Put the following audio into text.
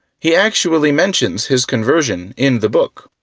he actually mentions his conversion in the book,